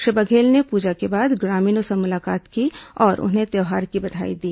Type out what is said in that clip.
श्री बघेल ने पूजा के बाद ग्रामीणों से मुलाकात भी की और उन्हें त्योहार की बधाई दी